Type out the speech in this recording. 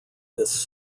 this